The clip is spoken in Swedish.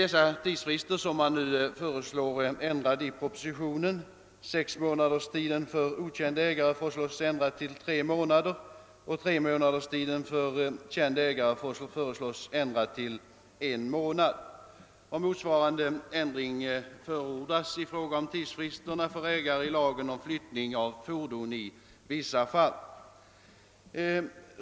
Dessa tidsfrister förelås i propositionen ändrade till tre månader respektive en månad. Motsvarande ändring förordas i fråga om tidsfristerna för ägare i lagen om flyttning av fordon i vissa fall.